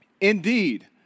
Indeed